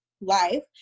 life